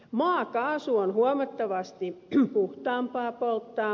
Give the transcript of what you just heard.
maakaasu on huomattavasti puhtaampaa polttaa